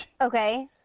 okay